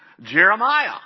Jeremiah